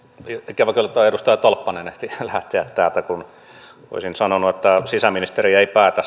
ikävä kyllä tuo edustaja tolppanen ehti lähteä täältä kun olisin sanonut että sisäministeri ei päätä